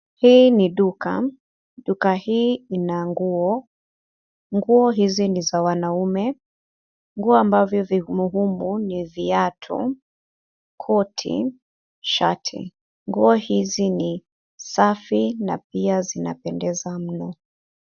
Hii ni duka. Duka hii ina nguo. Nguo hizi ni za wanaume. Nguo ambavyo vimo humu ni viatu, koti , shati. Nguo hizi ni safi na pia zinapendeza mno.